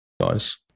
guys